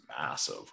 massive